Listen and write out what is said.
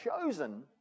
chosen